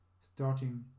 starting